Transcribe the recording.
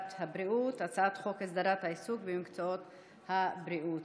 חוק הסדרת העיסוק במקצועות הבריאות